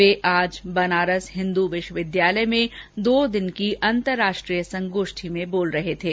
वे आज बनारस हिंदू विश्वविद्यालय में दो दिनों की अंतर्राष्ट्रीय संगोष्ठी में बोल रहे थे